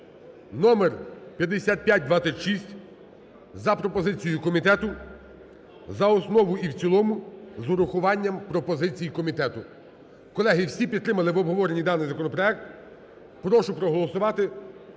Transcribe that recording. (№ 5526) за пропозицією комітету за основу і в цілому з урахуванням пропозицій комітету. Колеги, всі підтримали в обговоренні даний законопроект. Прошу проголосувати,